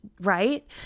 right